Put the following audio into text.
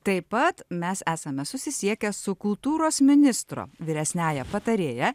taip pat mes esame susisiekę su kultūros ministro vyresniąja patarėja